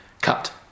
cut